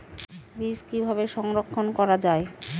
বীজ কিভাবে সংরক্ষণ করা যায়?